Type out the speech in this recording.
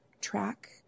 track